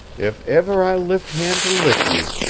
if ever i lift hand to lick you,